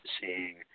seeing